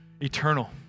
eternal